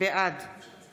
בעד